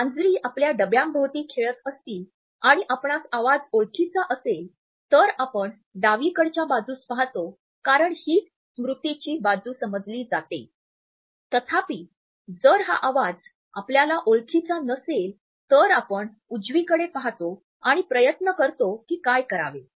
मांजरी आपल्या डब्यांभोवती खेळत असतील किंवा आपणास आवाज ओळखीचा असेल तर आपण डावीकडच्या बाजूस पहातो कारण हीच स्मृतीची बाजू समजली जाते तथापि जर हा आवाज आपल्याला ओळखीचा नसेल तर आपण उजवीकडे पहातो आणि प्रयत्न करतो की काय करावे